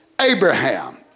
Abraham